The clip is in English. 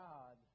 God